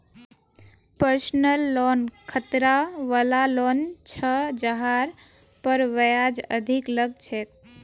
personal loan खतरा वला loan छ जहार पर ब्याज अधिक लग छेक